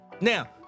Now